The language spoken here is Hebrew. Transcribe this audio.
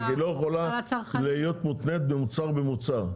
רק היא לא יכולה להיות מותנית מוצר במוצר.